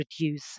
reduce